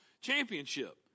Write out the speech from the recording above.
championship